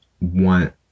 want